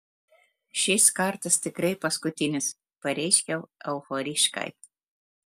šis kartas tikrai paskutinis pareiškiau euforiškai